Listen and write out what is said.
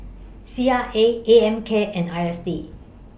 C R A A M K and I S D